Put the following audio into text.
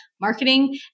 marketing